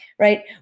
Right